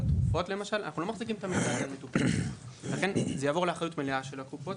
זה יעבור לאחריות המלאה של הקופות,